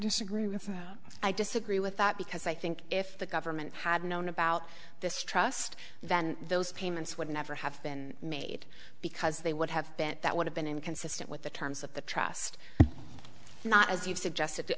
him i disagree with that because i think if the government had known about this trust then those payments would never have been made because they would have been that would have been inconsistent with the terms of the trust not as you've suggested